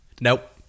Nope